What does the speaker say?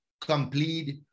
complete